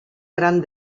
gran